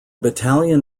battalion